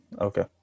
Okay